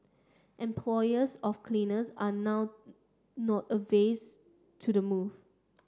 employers of cleaners are now not averse to the move